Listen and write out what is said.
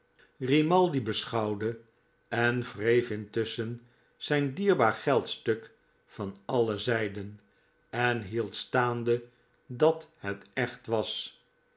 grimaldi beschouwde en wreef intusschen zijn dierbaar geldstuk van alle zijden en hield staande dat het echt was